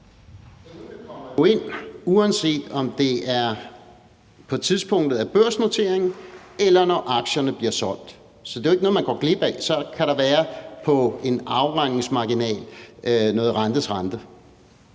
det er jo ikke noget, man går glip af. Så kan der på en afregningsmarginal være noget rentes rente.